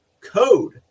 Code